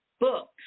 books